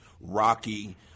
Rocky –